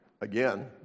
again